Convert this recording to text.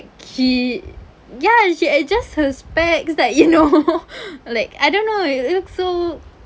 she ya she adjust her specs like you know like I don't know it it looks so